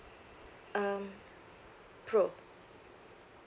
um pro